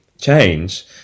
change